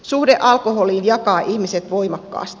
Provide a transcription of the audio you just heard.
suhde alkoholiin jakaa ihmiset voimakkaasti